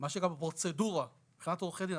מה שמבחינת הפרוצדורה מבחינת עורכי דין,